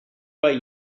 way